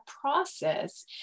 process